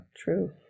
true